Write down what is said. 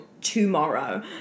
tomorrow